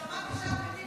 שמעתי שאחמד טיבי,